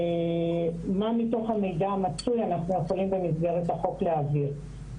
מה מתוך המידע המצוי אנחנו יכולים במסגרת החוק להעביר.